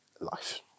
life